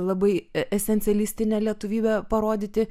labai esencijelistine lietuvybę parodyti